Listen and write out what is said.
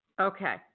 Okay